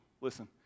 Listen